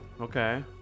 Okay